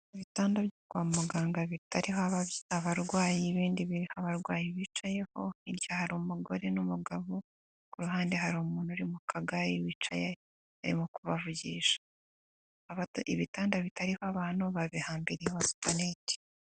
Ibitanda byo kwa muganga bitari haba abarwayi, ibindi abarwayi bicayeho, hi irya hari umugore n'umugabo, ku ruhande hari umuntu uri mu kagare wicaye ari kubavugisha. ibitanda bitariho abantu babihambiriyeho supaneti.